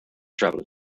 travelers